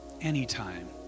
anytime